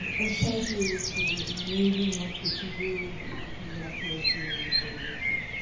um and thank you for the amazing work that you do and congratulate you in your fortieth year.